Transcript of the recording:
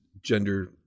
gender